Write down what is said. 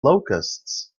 locusts